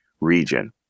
region